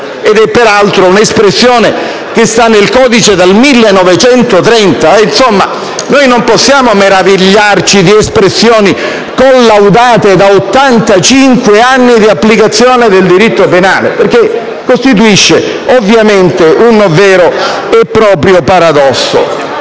peraltro, è un'espressione che sta nel codice dal 1930 e non possiamo meravigliarci di espressioni collaudate da 85 anni di applicazione del diritto penale, perché costituisce ovviamente un vero e proprio paradosso.